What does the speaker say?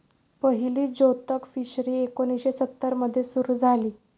पहिली जोतक फिशरी एकोणीशे सत्तर मध्ये सुरू झाली